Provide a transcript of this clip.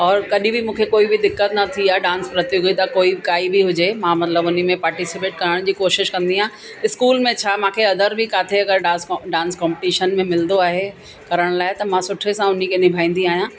और कडहिं बि मूंखे कोई बि दिक़तु न थी आहे डांस प्रतियोगिता कोई बि काई बि हुजे मां मतिलब उनमें पार्टिसिपेट करण जी कोशिश कंदी आहे इस्कूल में छा मूंखे अदर बि काथे अगरि का डांस कॉम्पिटिशन में मिलंदो आहे करण लाइ त मां सुठे सां उनखे निभाईंदी आहियां